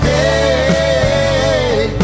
Hey